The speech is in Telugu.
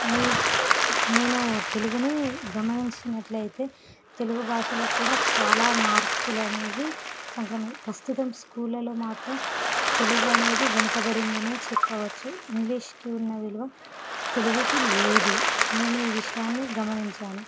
మీరు నేను తెలుగుని గమనించినట్లయితే తెలుగు భాషలో కూడా చాలా మార్పులు అనేవి సంక్ర ప్రస్తుతం స్కూళ్ళలో మాత్రం తెలుగు అనేది వెనుకబడిందనే చెప్పవచ్చు ఇంగ్లీష్కి ఉన్న విలువ తెలుగుకి లేదు నేను ఈ విషయాన్ని గమనించాను